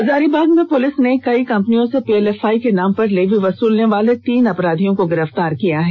Hazaribagh police ने कई कंपनियों से पीएलएफआई के नाम पर लेवी वसूलने वाले तीन अपराधियों को गिरफ्तार किया है